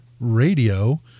Radio